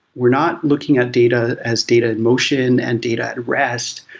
we're not looking at data as data in motion and data at rest,